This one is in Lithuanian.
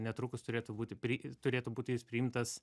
netrukus turėtų būti prii turėtų būti jis priimtas